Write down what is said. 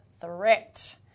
threat